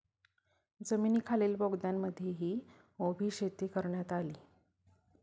जमिनीखालील बोगद्यांमध्येही उभी शेती करण्यात आली